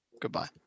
Goodbye